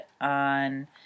on